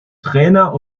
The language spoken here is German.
trainer